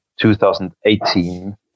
2018